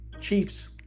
Chiefs